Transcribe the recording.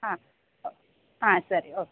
ಹಾಂ ಹಾಂ ಸರಿ ಓಕೆ